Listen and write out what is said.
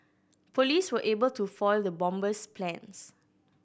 police were able to foil the bomber's plans